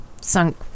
sunk